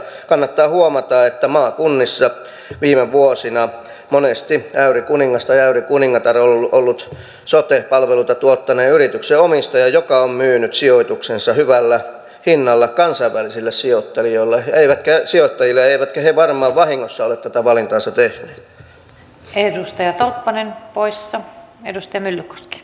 kannattaa huomata että maakunnissa viime vuosina monesti äyrikuningas tai äyrikuningatar on ollut sote palveluita tuottaneen yrityksen omistaja joka on myynyt sijoituksensa hyvällä hinnalla kansainvälisille sijoittajille eivätkä he varmaan vahingossa ole tässä valintaansa tehneet